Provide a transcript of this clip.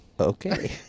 Okay